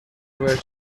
where